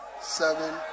Seven